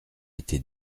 été